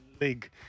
League